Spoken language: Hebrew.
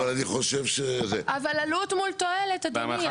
בהנחה שמה שאמר --- אבל עלות מול תועלת, אדוני.